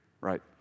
right